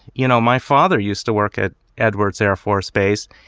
you know, my father used to work at edwards air force base.